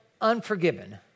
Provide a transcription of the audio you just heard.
unforgiven